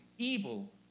Evil